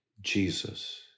Jesus